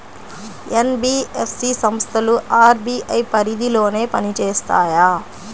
NBFC సంస్థలు RBI పరిధిలోనే పని చేస్తాయా?